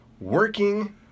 working